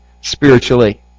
spiritually